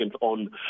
on